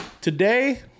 Today